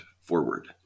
forward